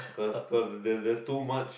cause cause there's there's too much